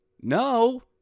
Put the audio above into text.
no